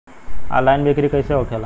Online बिक्री कैसे होखेला?